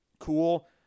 cool